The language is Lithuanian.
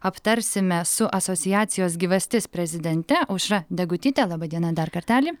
aptarsime su asociacijos gyvastis prezidente aušra degutyte laba diena dar kartelį